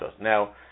Now